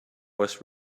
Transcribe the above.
west